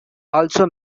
also